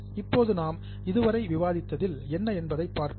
இப்போது நாம் இதுவரை விவாதித்ததில் என்ன என்பதைப் பார்ப்போம்